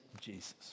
jesus